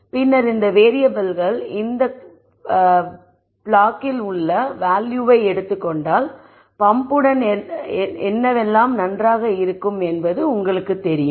பின்னர் இந்த வேறியபிள்கள் இந்த ப்ளாக்கில் உள்ள வேல்யூவை எடுத்துக் கொண்டால் பம்ப்புடன் எல்லாம் நன்றாக இருக்கும் என்பது உங்களுக்குத் தெரியும்